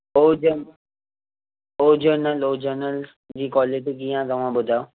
ओ जन ओ जनरल ओ जनरल जी क्वालिटी कीअं आहे तव्हां ॿुधायो